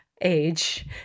age